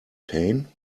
pain